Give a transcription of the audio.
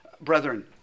brethren